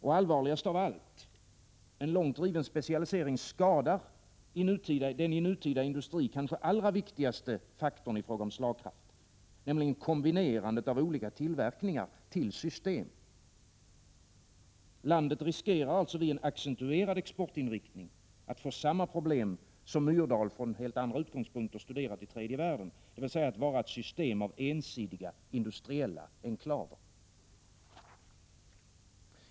Och allvarligast av allt: en långt driven specialisering skadar den i nutida industri kanske allra viktigaste faktorn i fråga om slagkraft, nämligen kombinerandet av olika tillverkningar till system. Landet riskerar alltså vid en accentuerad exportinriktning att få samma problem som Myrdal från helt andra utgångspunkter studerat i tredje världen, dvs. att vara ett system av ensidiga industriella enklaver.